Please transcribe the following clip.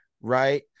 right